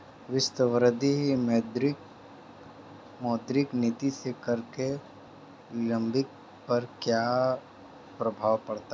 विस्तारवादी मौद्रिक नीति से कर के लेबलिंग पर क्या प्रभाव पड़ता है?